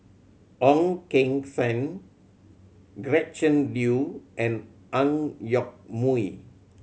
Ong Keng Sen Gretchen Liu and Ang Yoke Mooi